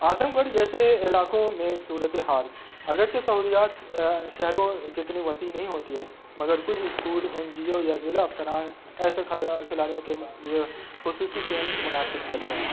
اعظم گڑھ جیسے علاقوں میں صورت حال اگرچ سہولیات شہروں جتنی وسیع نہیں ہوتی ہے مگر کچھ اسکول این جی او یا ضلع افسران ایسے کھلا کھلاڑیوں کے لیے خصوصی کیمپ منعقد کرتے ہیں